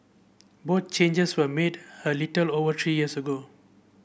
both changes were made a little over three years ago